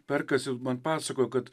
perkasi man pasakojo kad